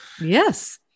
Yes